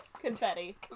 Confetti